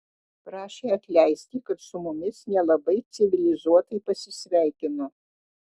prašė atleisti kad su mumis nelabai civilizuotai pasisveikino